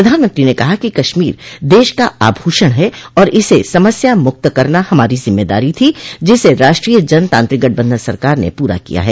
प्रधानमंत्री ने कहा कि कश्मीर देश का आभूषण है और इसे समस्या मुक्त करना एक जिम्मेदारी थी जिसे राष्ट्रीय जनतांत्रिक गठबंधन सरकार ने पूरा किया है